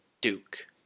Duke